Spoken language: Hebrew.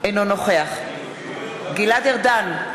אינו נוכח גלעד ארדן,